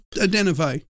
identify